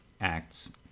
acts